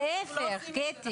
להיפך, קטי.